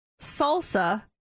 salsa